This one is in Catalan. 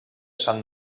sant